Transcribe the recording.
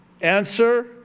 Answer